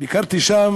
ביקרתי שם,